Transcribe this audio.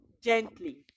gently